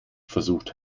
versucht